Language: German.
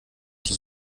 die